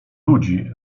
ludzi